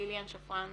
ליליאן שפרן